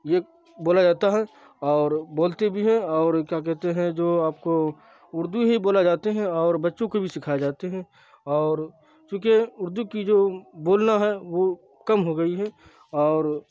یہ بولا جاتا ہے اور بولتے بھی ہیں اور کیا کہتے ہیں جو آپ کو اردو ہی بولا جاتے ہیں اور بچوں کو بھی سکھائے جاتے ہیں اور چونکہ اردو کی جو بولنا ہے وہ کم ہو گئی ہے اور